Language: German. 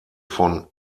von